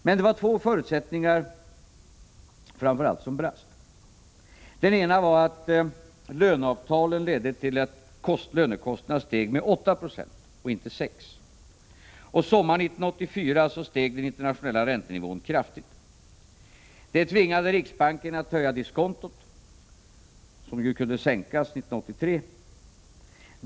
Men det var framför allt två förutsättningar som brast. Den ena var att löneavtalen ledde till att lönekostnaden steg med 8 960 och inte 6 76, och sommaren 1984 steg den internationella räntenivån kraftigt. Det tvingade riksbanken att höja diskontot, som kunde sänkas 1983.